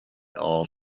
all